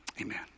Amen